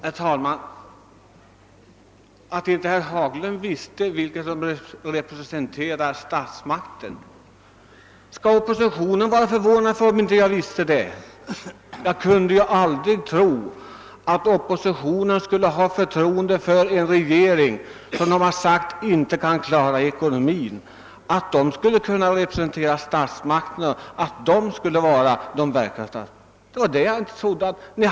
Herr talman! Herr Ringaby uttryckte sin förvåning Över att jag inte visste vem som skall representera statsmakten. Skall oppositionen vara förvånad över att jag inte visste det? Jag kunde ju aldrig tro, att oppositionen skulle ha sådant förtroende för en regering om vilken den har sagt att den inte kan klara ekonomin.